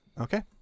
Okay